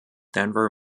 denver